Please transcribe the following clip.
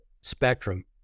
spectrum